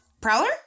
Prowler